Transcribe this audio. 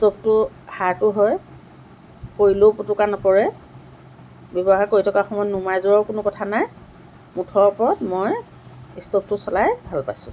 ষ্ট'ভটো হাৰ্ডো হয় পৰিলেও পোটোকা নপৰে ব্যৱহাৰ কৰি থকা সময়ত নুমাই যোৱাৰো কোনো কথা নাই মুঠৰ ওপৰত মই ষ্ট'ভটো চলাই ভাল পাইছোঁ